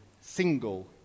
single